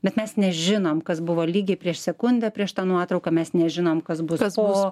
bet mes nežinome kas buvo lygiai prieš sekundę prieš tą nuotrauką mes nežinom kas butas buvo